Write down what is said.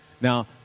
Now